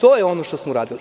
To je ono što smo uradili